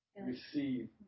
receive